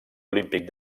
olímpic